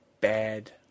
bad